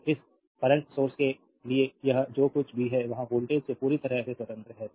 तो इस current source के लिए यह जो कुछ भी है वहां वोल्टेज से पूरी तरह से स्वतंत्र है